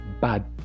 bad